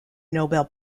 nobel